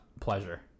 pleasure